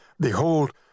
behold